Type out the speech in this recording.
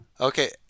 Okay